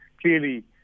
clearly